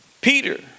Peter